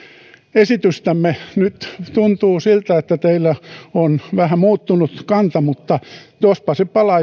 esitystämme nyt tuntuu siltä että teillä on vähän muuttunut kanta mutta jospa se palaa